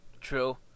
True